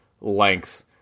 length